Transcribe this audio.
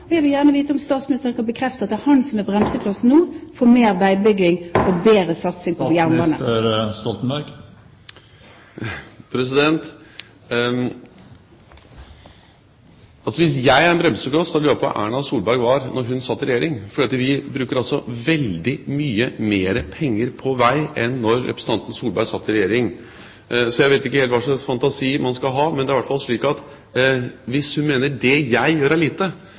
Jeg vil gjerne vite om statsministeren kan bekrefte at det er han som nå er bremseklossen for mer veibygging og bedre satsing på jernbane. Hvis jeg er en bremsekloss, så lurer jeg på hva Erna Solberg var da hun satt i regjering. For vi bruker veldig mye mer penger på vei enn det som ble gjort da representanten Solberg satt i regjering. Så jeg vet ikke helt hva slags fantasi man skal ha, men det er i hvert fall slik at hvis hun mener det jeg gjør, er lite,